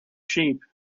sheep